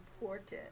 important